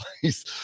place